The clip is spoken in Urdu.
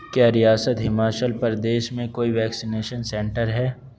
کیا ریاست ہماچل پردیش میں کوئی ویکسینیشن سنٹر ہے